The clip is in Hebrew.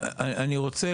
אני רוצה,